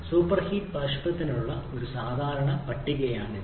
superheated ബാഷ്പത്തിനുള്ള ഒരു സാധാരണ പട്ടികയാണിത്